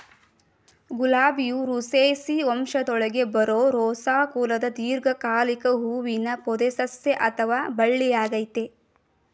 ಗುಲಾಬಿಯು Rosaceae ವಂಶದೊಳಗೆ ಬರೋ Rosa ಕುಲದ ದೀರ್ಘಕಾಲಿಕ ಹೂವಿನ ಪೊದೆಸಸ್ಯ ಅಥವಾ ಬಳ್ಳಿಯಾಗಯ್ತೆ